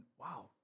wow